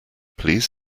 please